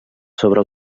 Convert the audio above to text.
sobre